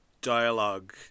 dialogue